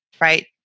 right